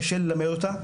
קשה ללמד אותה.